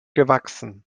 gewachsen